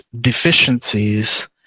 deficiencies